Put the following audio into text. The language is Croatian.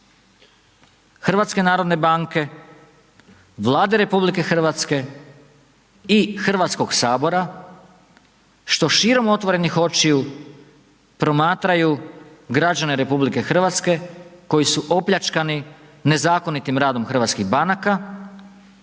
veliki grijeh HNB-a, Vlade RH i Hrvatskog sabora što širom otvorenih očiju promatraju građane RH koji su opljačkani nezakonitim radom hrvatskih banaka,